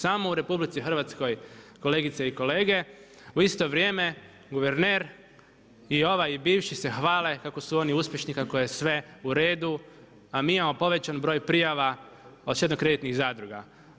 Samo u RH kolegice i kolege u isto vrijeme guverner i ovaj i bivši se hvale kako su oni uspješni, kako je sve u redu a mi imamo povećan broj prijava od štedno kreditnih zadruga.